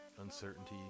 uncertainty